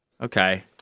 Okay